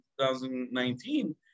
2019